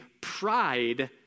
pride